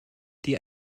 die